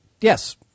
Yes